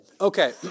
Okay